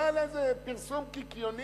לא על איזה פרסום קיקיוני